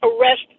arrest